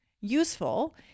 useful